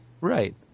Right